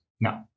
No